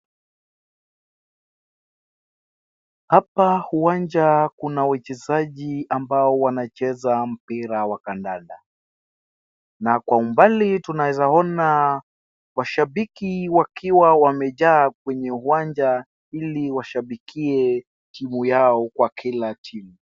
Hapa uwanja kuna wachezaji ambao wanacheza mpira wa kandanda, na kwa umbali tunaweza ona washabiki wakiwa wamejaa kwenye uwanja ili washabikie timu yao kwa kila timu.